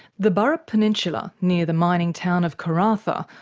the burrup peninsula, near the mining town of karratha,